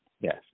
Yes